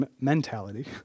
mentality